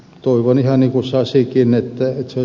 toivon ihan niin kuin ed